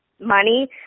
money